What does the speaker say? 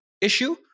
issue